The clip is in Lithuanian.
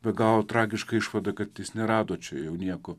be galo tragiška išvada kad jis nerado čia jau nieko